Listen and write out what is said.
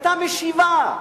היתה משיבה.